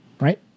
Right